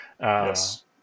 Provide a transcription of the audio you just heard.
Yes